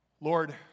Lord